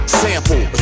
sample